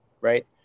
right